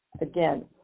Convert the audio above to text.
again